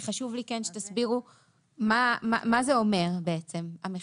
זה חשוב לי שתסבירו מה המחיקה אומרת, בעצם.